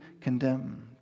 condemned